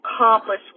accomplish